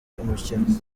umukino